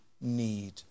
need